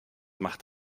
macht